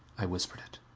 i whispered it.